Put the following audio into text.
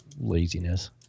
laziness